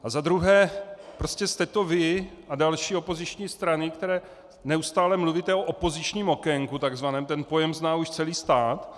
A za druhé, prostě jste to vy a další opoziční strany, které neustále mluvíte o opozičním okénku takzvaném, ten pojem už zná celý stát.